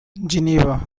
geneva